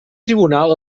tribunal